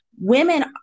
women